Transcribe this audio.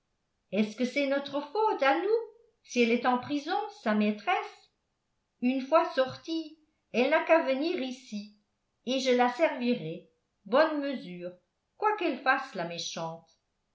est-ce que c'est notre faute à nous si elle est en prison sa maîtresse une fois sortie elle n'a qu'à venir ici et je la servirai bonne mesure quoiqu'elle fasse la méchante